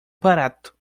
barato